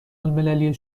المللی